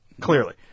clearly